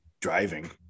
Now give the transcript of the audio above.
driving